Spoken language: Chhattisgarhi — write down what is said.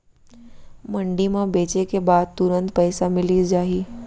मंडी म बेचे के बाद तुरंत पइसा मिलिस जाही?